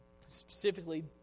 specifically